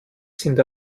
sind